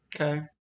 Okay